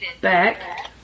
back